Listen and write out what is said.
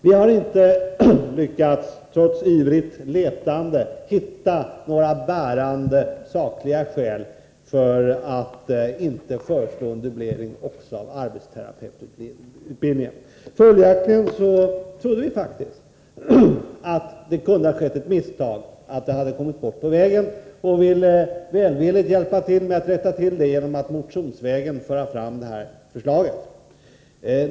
Vi har trots ivrigt letande inte lyckats hitta några bärande, sakliga skäl för att inte föreslå en dubblering också av arbetsterapeututbildningen. Följaktligen trodde vi faktiskt att det kunde ha skett ett misstag och att förslaget kommit bort på vägen, och vi ville välvilligt hjälpa till med att rätta till det genom att motionsvägen föra fram detta förslag.